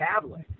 tablet